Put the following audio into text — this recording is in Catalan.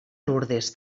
lourdes